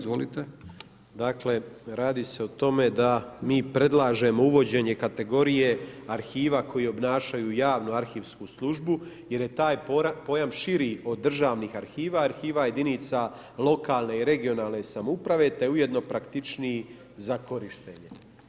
Dakle radi se o tome da mi predlažemo uvođenje kategorije arhiva koji obnašaju javnu arhivsku službu jer je taj pojam širi od državnih arhiva, arhiva jedinica lokalne i regionalne samouprave te je ujedno praktičniji za korištenje.